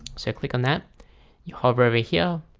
so click on that you hover over here,